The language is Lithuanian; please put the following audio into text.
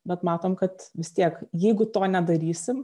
bet matom kad vis tiek jeigu to nedarysim